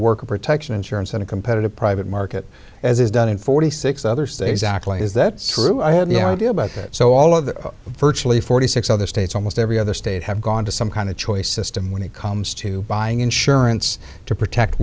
worker protection insurance in a competitive private market as is done in forty six other states actually is that screw i had no idea about that so all of the virtually forty six other states almost every other state have gone to some kind of choice system when it comes to buying insurance to protect